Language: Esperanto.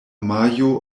majo